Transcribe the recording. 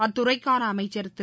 அத்துறைக்கான அமைக்சா் திரு